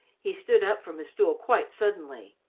he stood up from his stool quite suddenly.